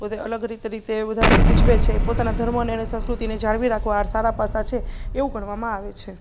પોતે અલગ રીત રીતે બધા ઉજવે છે પોતાના ધર્મોને અને સંસ્કૃતિને જાળવી રાખવા આ સારા પાસા છે એવું ગણવામાં આવે છે